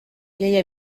vieille